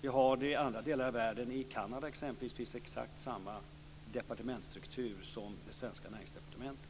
Vi har det också i andra delar av världen. I exempelvis Kanada finns exakt samma departementsstruktur som i det svenska näringsdepartementet.